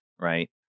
Right